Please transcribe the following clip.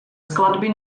skladby